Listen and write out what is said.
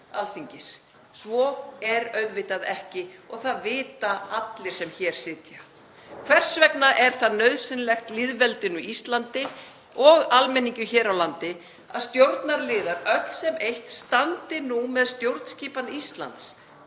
Alþingis. Svo er auðvitað ekki og það vita allir sem hér sitja. Hvers vegna er það nauðsynlegt lýðveldinu Íslandi og almenningi hér á landi að stjórnarliðar, öll sem eitt, standi nú með stjórnskipan Íslands